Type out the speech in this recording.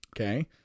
okay